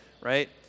right